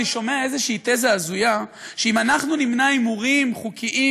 אני שומע איזושהי תזה הזויה שאם אנחנו נמנע הימורים חוקיים,